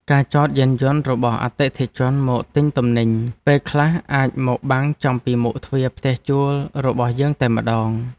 ការចតយានយន្តរបស់អតិថិជនមកទិញទំនិញពេលខ្លះអាចមកបាំងចំពីមុខទ្វារផ្ទះជួលរបស់យើងតែម្តង។